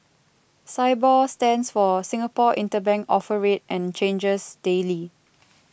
Sibor stands for Singapore Interbank Offer Rate and changes daily